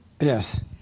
Yes